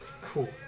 Cool